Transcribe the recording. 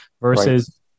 versus